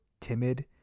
timid